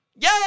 yay